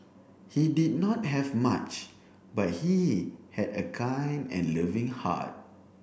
he did not have much but he had a kind and loving heart